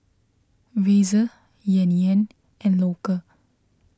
Razer Yan Yan and Loacker